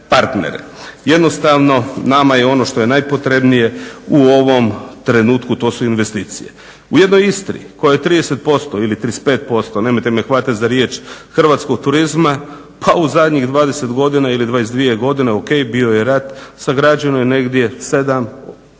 Jednostavno nama je ono što je najpotrebnije u ovom trenutku to su investicije. U jednoj Istri koja je 30% ili 35% nemojte me hvatati za riječ hrvatskog turizma pa u zadnjih 20 godina ili 22 godine ok bio je rat, sagrađeno je negdje 7